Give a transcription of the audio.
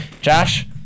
Josh